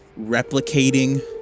replicating